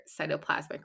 cytoplasmic